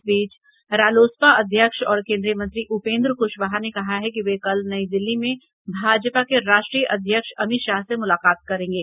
इस बीच रालोसपा अध्यक्ष और केन्द्रीय मंत्री उपेन्द्र कुशवाहा ने कहा है कि वे कल नई दिल्ली में भाजपा के राष्ट्रीय अध्यक्ष अमित शाह से मुलाकात करेंगे